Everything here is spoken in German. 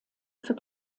für